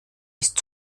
ist